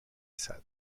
said